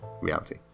reality